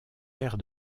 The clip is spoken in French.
aire